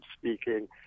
speaking